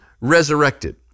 resurrected